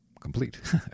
complete